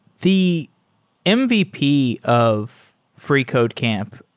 the ah mvp of freecodecamp,